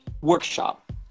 workshop